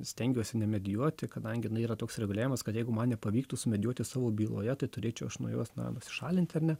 stengiuosi nemedijuoti kadangi na yra toks reguliavimas kad jeigu man nepavyktų sumedžioti savo byloje tai turėčiau aš nuo jos na nusišalinti ar ne